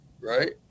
right